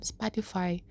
Spotify